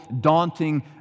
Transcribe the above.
daunting